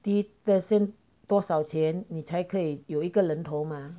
第一的先多少钱你才可以有一个人头吗